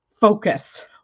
focus